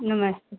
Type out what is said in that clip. नमस्ते